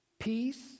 Peace